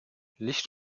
licht